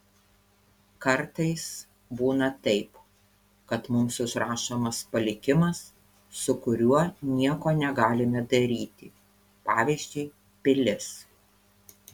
kartais būna taip kad mums užrašomas palikimas su kuriuo nieko negalime daryti pavyzdžiui pilis